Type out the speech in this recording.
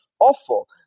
awful